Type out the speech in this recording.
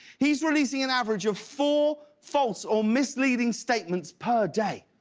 he's releasing an average of four false or misleading statements per day.